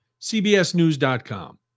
CBSNews.com